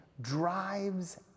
drives